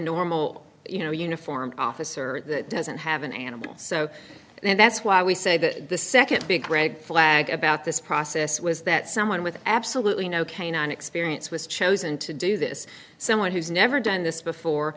normal you know uniformed officer that doesn't have an animal so that's why we say that the second big red flag about this process was that someone with absolutely no canine experience was chosen to do this someone who's never done this before